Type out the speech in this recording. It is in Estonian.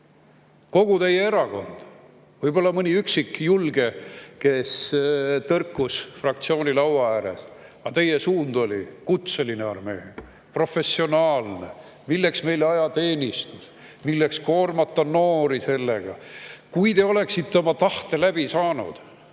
Kogu teie erakond. Võib-olla mõni üksik julge tõrkus fraktsiooni laua ääres, aga teie suund oli kutseline armee, professionaalne. Milleks meile ajateenistus, milleks koormata noori sellega? Kui te oleksite oma tahte läbi surunud,